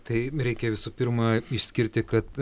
tai reikia visų pirma išskirti kad